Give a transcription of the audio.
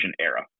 era